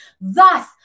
Thus